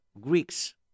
Greeks